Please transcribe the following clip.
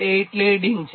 8 leading છે